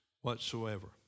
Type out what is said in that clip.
whatsoever